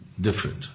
Different